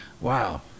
wow